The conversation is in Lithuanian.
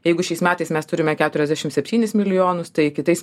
jeigu šiais metais mes turime keturiasdešim septynis milijonus tai kitais